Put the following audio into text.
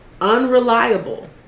unreliable